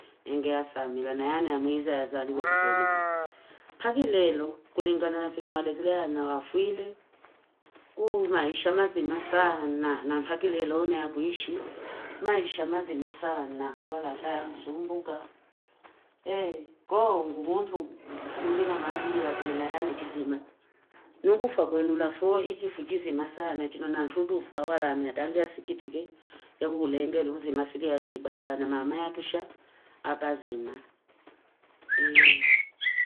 Ngea samila na yana yamuiza yazaliwa kukwenye kuu. Paki lelo kulingana na fino waleslea na wafuile. Kuu maisha mazi masahana, na paki lelo unayakuhishi, maisha mazi masahana, wala saya kusuumbuka. Hei, kuu mbuntu ulina madili ya kulela hamitizima. Nukufa kwenye ulafo, ichi fijizi masahana, chino nantutufa wala madalia sikitike, ya kule ngenuzi masiriati baba na mama yatusha, hapa zima.